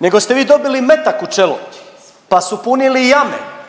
nego ste vi dobili metak u čelo, pa su punili jame